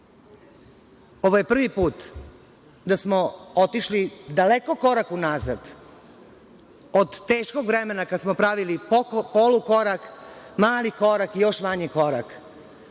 Ovo je prvi put da smo otišli daleko korak unazad od teškog vremena kada smo pravili polukorak, mali korak i još manji korak